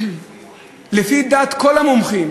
לפי דעת כל המומחים,